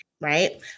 right